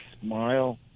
smile